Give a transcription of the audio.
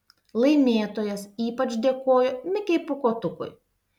laimėtojas ypač dėkojo mikei pūkuotukui